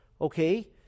okay